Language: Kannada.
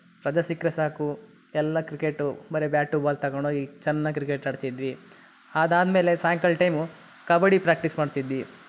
ರಜೆ ಸಿಕ್ಕರೆ ಸಾಕು ಎಲ್ಲ ಕ್ರಿಕೆಟು ಬರೀ ಬ್ಯಾಟು ಬಾಲ್ ತಗೊಂಡೋಗಿ ಚೆನ್ನಾಗಿ ಕ್ರಿಕೆಟ್ ಆಡ್ತಿದ್ವಿ ಅದಾದ ಮೇಲೆ ಸಾಯಂಕಾಲ ಟೈಮು ಕಬಡ್ಡಿ ಪ್ರಾಕ್ಟೀಸ್ ಮಾಡ್ತಿದ್ವಿ